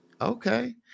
Okay